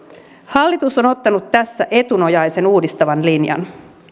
hallitus on ottanut tässä etunojaisen uudistavan linjan